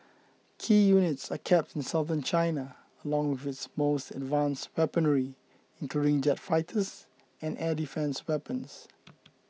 key units are kept in Southern China along with its most advanced weaponry including jet fighters and air defence weapons